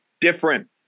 different